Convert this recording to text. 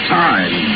time